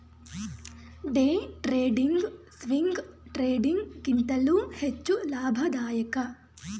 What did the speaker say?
day trading, swing trading ಗಿಂತಲೂ ಹೆಚ್ಚು ಲಾಭದಾಯಕ